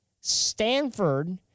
Stanford